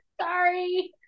sorry